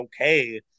okay